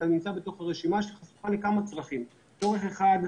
אתה נמצא בתוך הרשימה שחשופה לכמה צרכים: צורך אחד,